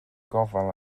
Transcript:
gofal